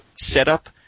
setup